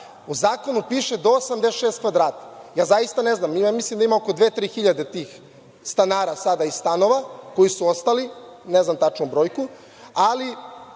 U zakonu piše do 86 kvadrata. Ja zaista ne znam, mislim da ima oko dve-tri hiljade tih stanara sada i stanova koji su ostali, ne znam tačnu brojku, ali